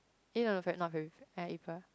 eh no no feb~ not february ya April